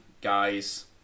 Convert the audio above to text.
guys